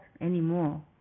anymore